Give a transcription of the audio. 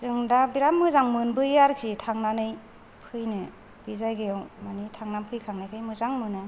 जों दा बिराद मोजां मोनबोयो आरोखि थांनानै फैनो बे जायगायाव माने थांना फैखांनायखाय मोजां मोनो